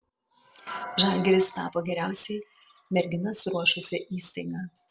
žalgiris tapo geriausiai merginas ruošusia įstaiga